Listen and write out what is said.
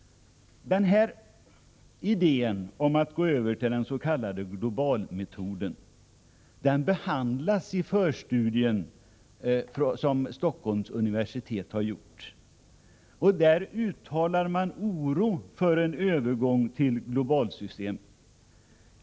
Idén om att gå över till den s.k. globalmetoden behandlas i förstudien från Stockholms universitet. Där uttalar man oro för en övergång till globalsystemet.